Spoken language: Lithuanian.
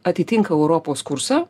atitinka europos kursą